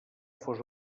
fos